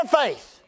faith